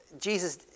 Jesus